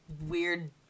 weird